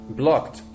blocked